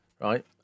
right